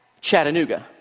Chattanooga